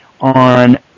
on